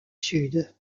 sud